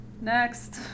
next